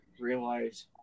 realize